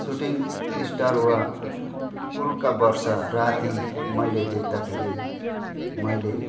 shooting star वा उल्का वर्षा राति मैले देख्दाखेरि मैले